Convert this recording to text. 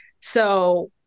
So-